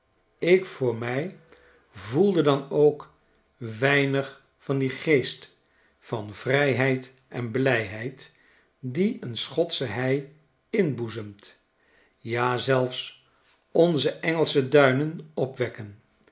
ik voor mij voelde dan ook weinig van dien geest van vrijheid en blijheid dien een schotsche hei inboezemt ja zelfs onze engelsche duinen opwekken